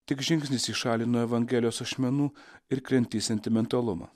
tik žingsnis į šalį nuo evangelijos ašmenų ir krenti į sentimentalumą